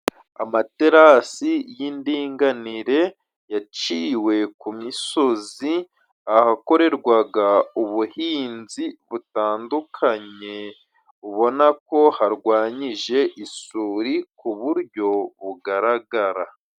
Amaterasi y'indinganire yaciwe ku misozi ahakorerwaga ubuhinzi butandukanye, ubona ko harwanyije isuri ku buryo bugaragara.